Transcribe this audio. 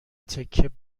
تکه